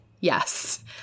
Yes